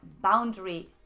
boundary